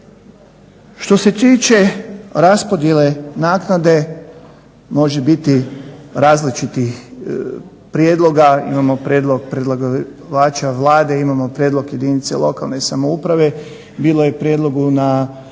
Što se tiče raspodjele naknade može biti različitih prijedloga. Imamo prijedlog predlagača Vlade, imamo prijedlog jedinice lokalne samouprave, bilo je prijedloga